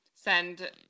send